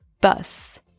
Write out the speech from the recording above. bus